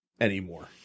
anymore